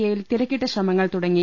എയിൽ തിരക്കിട്ട ശ്രമങ്ങൾ തുടങ്ങി